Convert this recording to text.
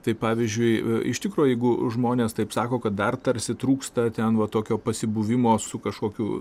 taip pavyzdžiui iš tikro jeigu žmonės taip sako kad dar tarsi trūksta ten va tokio pasibuvimo su kažkokiu